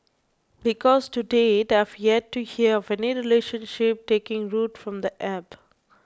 because to date I have yet to hear of any relationship taking root from the App